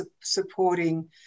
supporting